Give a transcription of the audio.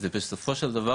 זה בסופו של דבר,